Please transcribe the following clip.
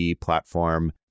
platform